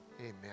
amen